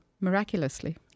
miraculously